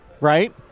Right